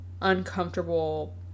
uncomfortable